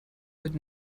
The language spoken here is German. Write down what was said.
mit